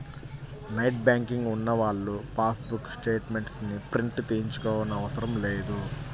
net banking ఉన్నవాళ్ళు passbook statements ని print తీయించుకోనవసరం లేదు